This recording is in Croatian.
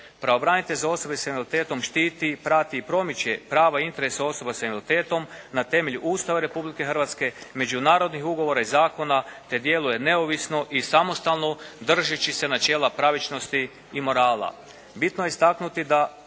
Pravobranitelj za osobe s invaliditetom štiti, prati i promiče prava i interese osoba s invaliditetom na temelju Ustava Republike Hrvatske, međunarodnih ugovora i zakona te djeluje neovisno i samostalno držeći se načela pravičnosti i morala. Bitno je istaknuti da